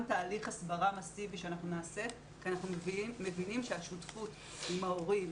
תהליך הסברה מסיבי שאנחנו נעשה כי אנחנו מבינים שהשותפות עם ההורים,